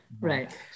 right